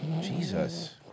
Jesus